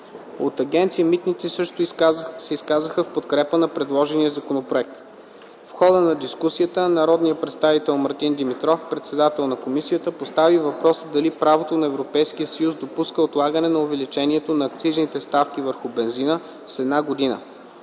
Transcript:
От Агенция „Митници” също се изказаха в подкрепа на предложения законопроект. В хода на дискусията народният представител Мартин Димитров, председател на комисията, постави въпроса дали правото на Европейския съюз допуска отлагане на увеличението на акцизните ставки върху бензина с една година.